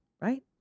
Right